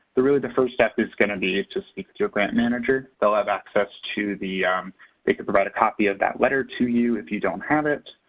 really, the first step is going to be to speak to your grant manager. they'll have access to the they could provide a copy of that letter to you if you don't have it,